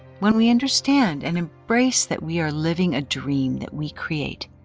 when we understand and embrace that we are living a dream that we create,